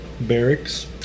Barracks